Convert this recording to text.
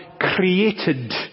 created